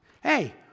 Hey